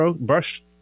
brush